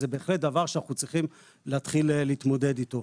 זה נושא שאנחנו בהחלט צריכים להתחיל להתמודד אתו.